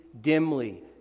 dimly